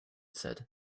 said